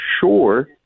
sure